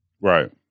right